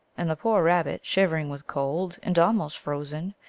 and the poor rab bit, shivering with cold, and almost frozen,